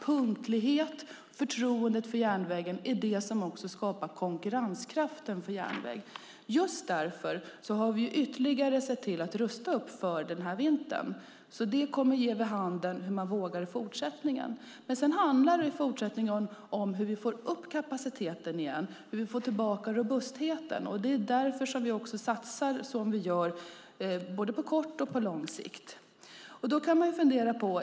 Punktlighet och förtroendet för järnvägen är det som skapar konkurrenskraften för järnväg. Just därför har vi ytterligare sett till att rusta upp inför vintern. Det kommer att ge vid handen hur man vågar satsa i framtiden. I fortsättningen handlar det om kapaciteten och hur vi får tillbaka robustheten. Därför satsar vi på både kort och lång sikt.